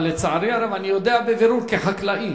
לצערי הרב אני יודע בבירור, כחקלאי,